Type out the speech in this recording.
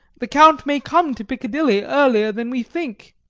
the count may come to piccadilly earlier than we think.